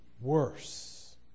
worse